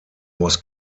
was